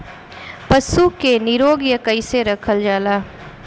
पशु के निरोग कईसे रखल जाला?